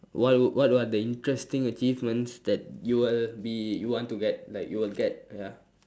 what would what are the interesting achievements that you will be you want to get like you will get ya